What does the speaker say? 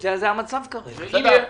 זה המצב כרגע.